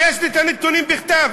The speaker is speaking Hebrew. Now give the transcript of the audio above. יש לי הנתונים בכתב.